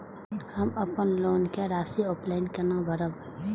हम अपन लोन के राशि ऑफलाइन केना भरब?